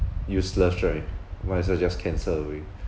useless right might as well just cancel away